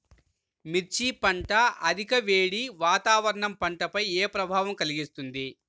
మిర్చి పంట అధిక వేడి వాతావరణం పంటపై ఏ ప్రభావం కలిగిస్తుంది?